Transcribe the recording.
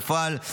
בפועל,